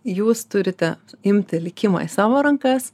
jūs turite imti likimą į savo rankas